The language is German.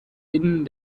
innen